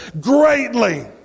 greatly